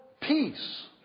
peace